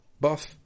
buff